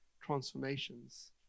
transformations